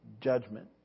judgment